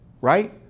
right